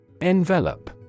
Envelope